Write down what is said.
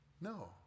no